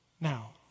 Now